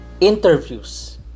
interviews